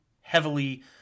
heavily